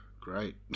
Great